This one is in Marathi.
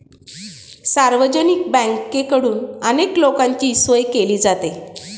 सार्वजनिक बँकेकडून अनेक लोकांची सोय केली जाते